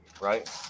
right